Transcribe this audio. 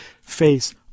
Face